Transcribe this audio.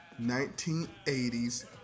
1980s